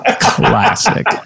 Classic